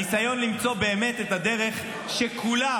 הניסיון למצוא באמת את הדרך שכולם,